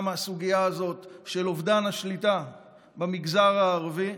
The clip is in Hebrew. עד כמה הסוגיה הזאת של אובדן השליטה במגזר הערבי,